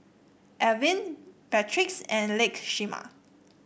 Ervin Beatrix and Lakeisha